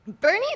Bernie